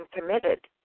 committed